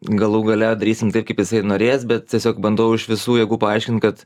galų gale darysim taip kaip jisai norės bet tiesiog bandau iš visų jėgų paaiškint kad